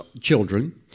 children